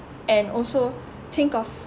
and also think of